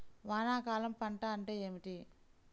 వానాకాలం పంట అంటే ఏమిటి?